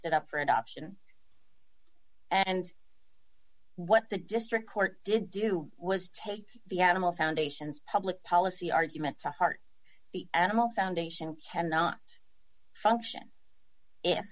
it up for adoption and what the district court did do was take the animal foundation's public policy argument to heart the animal foundation cannot function